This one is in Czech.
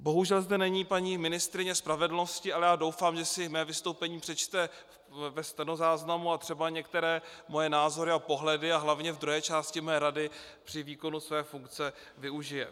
Bohužel zde není paní ministryně spravedlnosti, ale já doufám, že si mé vystoupení přečte ve stenozáznamu a třeba některé moje názory a pohledy a hlavně v druhé části mé rady při výkonu své funkce využije.